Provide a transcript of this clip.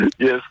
Yes